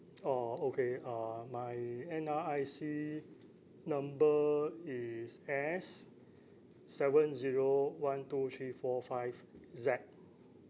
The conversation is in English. oh okay uh my N_R_I_C number is S seven zero one two three four five Z